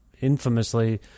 infamously